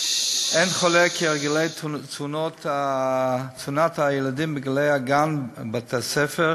אין חולק כי הרגלי תזונת הילדים בגיל הגן ובגיל בית-הספר,